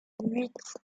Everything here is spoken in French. huit